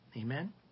Amen